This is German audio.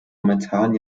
momentan